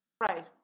right